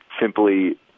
simply